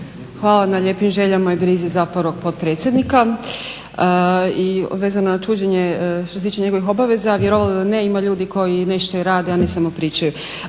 Hvala na lijepim željama i brizi za prvog potpredsjednika. I vezano na čuđenje što se tiče njegovih obaveza vjerovali ili ne ima i ljudi koji nešto i rade, a ne samo pričaju.